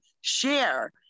share